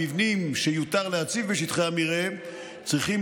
המבנים שיותר להציב בשטחי המרעה צריכים